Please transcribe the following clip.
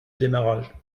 démarrage